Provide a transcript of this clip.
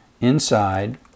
inside